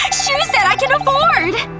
shoes that i can afford!